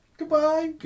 Goodbye